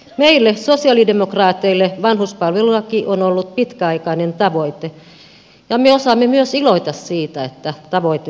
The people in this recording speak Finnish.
meille sosialidemokraateille vanhuspalvelulaki on ollut pitkäaikainen tavoite ja me osaamme myös iloita siitä että tavoite on saavutettu